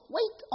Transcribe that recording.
Wait